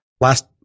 Last